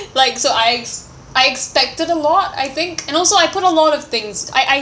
like so I ex~ I expected a lot I think and also I put a lot of things I I